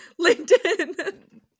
LinkedIn